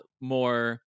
more